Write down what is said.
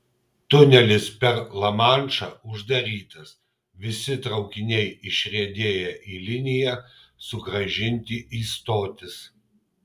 tunelis per lamanšą uždarytas visi traukiniai išriedėję į liniją sugrąžinti į stotis